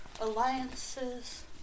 alliances